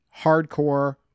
hardcore